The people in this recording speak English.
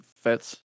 fits